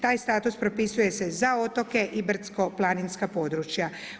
Taj status propisuje se za otoke i brdsko planinska područja.